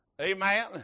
Amen